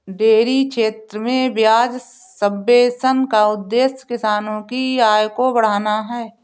dairy क्षेत्र में ब्याज सब्वेंशन का उद्देश्य किसानों की आय को बढ़ाना है